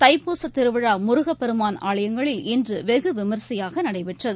தைப்பூச திருவிழாமுருகப் பெருமான் ஆலயங்களில் இன்றுவெகுவிமரிசையாகநடைபெற்றுவருகிறது